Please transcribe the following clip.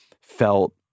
felt